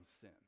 sin